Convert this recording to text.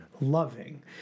loving